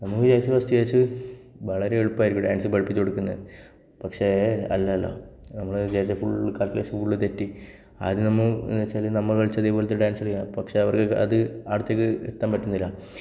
നമ്മൾ വിചാരിച്ചു ഫസ്റ്റ് വിചാരിച്ചു വളരെ എളുപ്പമായിരിക്കും ഡാൻസ് പഠിപ്പിച്ചു കൊടുക്കുന്നത് പക്ഷെ അല്ല അല്ല നമ്മൾ വിചാരിച്ച ഫുള്ള് കാൽകുലേഷൻ ഫുള്ള് തെറ്റി ആദ്യം നമ്മൾ എന്നുവച്ചാൽ നമ്മൾ കളിച്ച അതേ പോലെയുള്ള ഡാൻസ് കളിക്കാൻ പക്ഷെ അവർക്ക് അത് അടുത്തേക്ക് എത്താൻ പറ്റുന്നില്ല